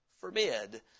forbid